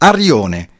Arione